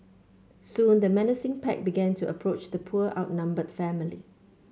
soon the menacing pack began to approach the poor outnumbered family